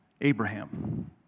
Abraham